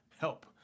help